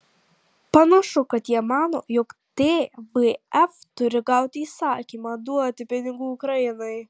panašu kad jie mano jog tvf turi gauti įsakymą duoti pinigų ukrainai